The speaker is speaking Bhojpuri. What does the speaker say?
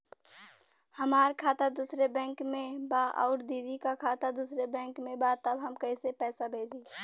हमार खाता दूसरे बैंक में बा अउर दीदी का खाता दूसरे बैंक में बा तब हम कैसे पैसा भेजी?